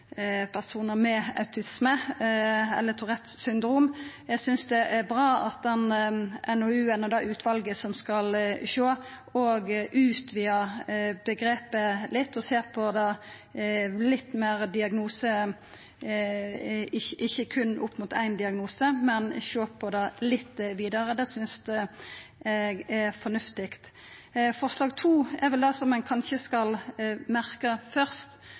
personar med autisme eller Tourettes syndrom. Eg synest det er bra at NOU-en og det utvalet som skal sjå på dette, òg utvider omgrepet litt og ser på det ikkje berre opp mot éin diagnose, men litt vidare. Det synest eg er fornuftig. Forslag II i tilrådinga er vel det som ein kanskje skal merka seg først,